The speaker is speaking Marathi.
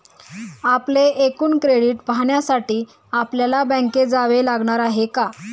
आपले एकूण क्रेडिट पाहण्यासाठी आपल्याला बँकेत जावे लागणार आहे का?